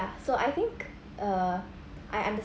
ya so I think err I understand